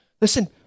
Listen